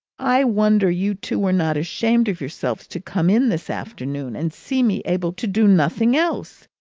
i wonder you two were not ashamed of yourselves to come in this afternoon and see me able to do nothing else.